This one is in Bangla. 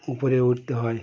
উপরে উঠতে হয়